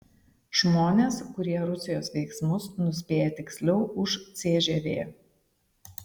žmonės kurie rusijos veiksmus nuspėja tiksliau už cžv